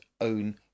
own